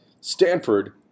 Stanford